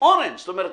אורן חזן.